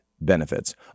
benefits